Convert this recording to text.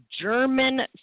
German